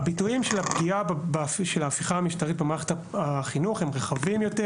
הביטויים של פגיעת ההפיכה המשטרית במערכת החינוך הם רחבים יותר